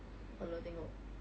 kalau tengok